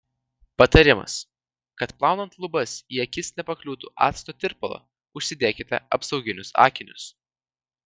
patarimas kad plaunant lubas į akis nepakliūtų acto tirpalo užsidėkite apsauginius akinius